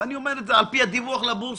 ואני אומר את זה על פי הדיווח לבורסה.